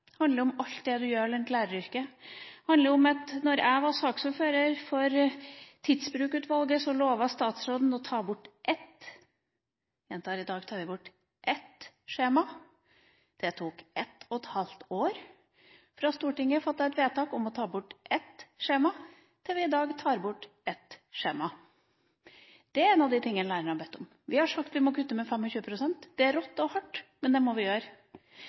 handler om alt det du gjør rundt læreryrket. Da jeg var saksordfører for oppfølginga av Tidsbrukutvalgets rapport, lovte statsråden å ta bort ett – jeg gjentar: å ta bort ett – skjema. Det tok et og et halvt år fra Stortinget fattet vedtak om å ta bort ett skjema, til vi i dag tar bort ett skjema. Det er en av de tingene lærerne har bedt om. Vi har sagt at vi må kutte med 25 pst. – det er rått og hardt, men det må vi gjøre.